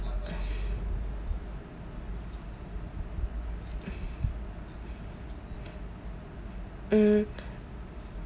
mm